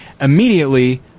immediately